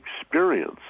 experience